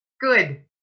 good